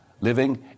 living